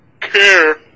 care